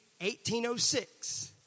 1806